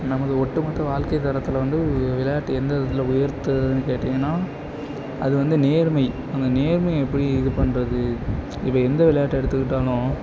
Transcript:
நமது ஒட்டுமொத்த வாழ்க்கை தரத்தில் வந்து விளையாட்டு எந்த விதத்தில் உயர்த்துவதுன்னு கேட்டிங்கன்னா அது வந்து நேர்மை அந்த நேர்மையை எப்படி இது பண்ணுறது இப்போ எந்த விளையாட்டடை எடுத்துகிட்டோம்னாலும்